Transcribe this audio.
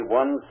one